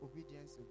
obedience